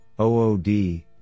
OOD